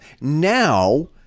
Now